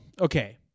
okay